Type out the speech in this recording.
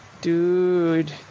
Dude